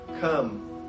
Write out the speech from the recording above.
come